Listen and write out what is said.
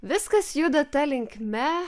viskas juda ta linkme